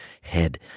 head